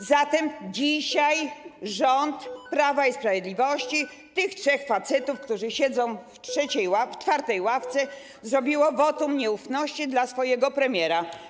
A zatem dzisiaj rząd Prawa i Sprawiedliwości, tych trzech facetów, którzy siedzą w czwartej ławce, zrobiło wotum nieufności dla swojego premiera.